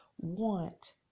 want